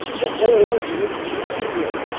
the hole grew longer,